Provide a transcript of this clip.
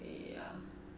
ya